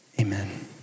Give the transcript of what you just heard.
Amen